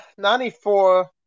94